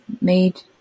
made